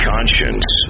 Conscience